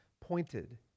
pointed